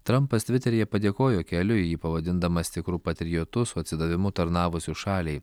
trampas tviteryje padėkojo keliu jį pavadindamas tikru patriotu su atsidavimu tarnavusiu šaliai